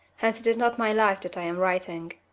hence it is not my life that i am writing.